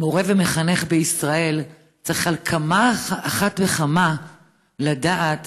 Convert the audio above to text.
מורה ומחנך בישראל צריך על אחת כמה וכמה לדעת